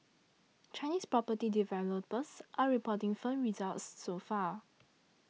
Chinese property developers are reporting firm results so far